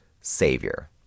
Savior